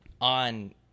on